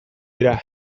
dira